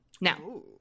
now